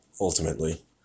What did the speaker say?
Ultimately